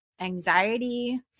anxiety